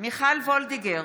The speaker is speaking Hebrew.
מיכל וולדיגר,